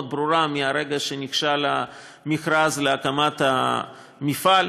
ברורה מהרגע שנכשל המכרז להקמת המפעל.